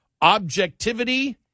objectivity